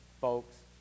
folks